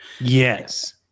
Yes